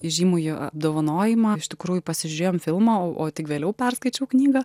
įžymųjį apdovanojimą iš tikrųjų pasižiūrėjom filmą o tik vėliau perskaičiau knygą